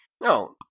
No